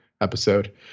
episode